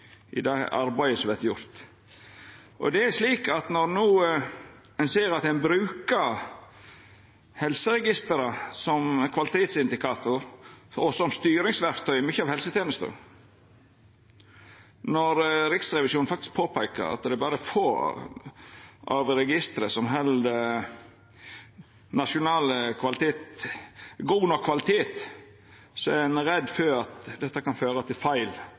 i det arbeidet som vert gjort. Og når ein no ser at mykje av helsetenesta brukar helseregistra som kvalitetsindikator og styringsverktøy, når Riksrevisjonen faktisk påpeiker at det berre er få av registra som held god nok kvalitet, er ein redd for at dette kan føra til feilvurderingar og feil